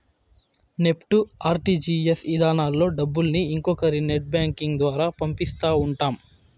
NEFT, RTGS ఇధానాల్లో డబ్బుల్ని ఇంకొకరి నెట్ బ్యాంకింగ్ ద్వారా పంపిస్తా ఉంటాం